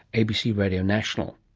abc radio national.